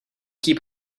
keep